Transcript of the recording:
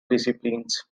disciplines